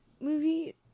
movie